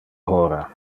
hora